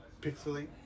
pixelate